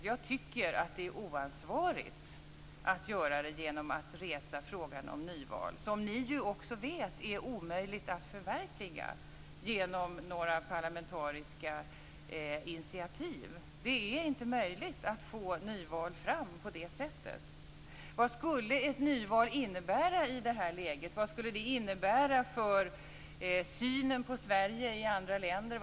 Men jag tycker att det är oansvarigt att göra det genom att resa frågan om nyval, som ni ju också vet är omöjligt att förverkliga genom några parlamentariska initiativ. Det är inte möjligt att få fram nyval på det sättet. Vad skulle ett nyval i det här läget innebära? Vad skulle det innebära för synen på Sverige i andra länder?